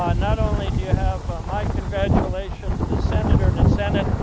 um not only do you have my congratulations, the senator and the senate,